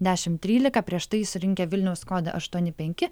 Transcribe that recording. dešimt trylika prieš tai surinkę vilniaus kodą aštuoni penki